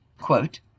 Quote